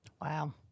Wow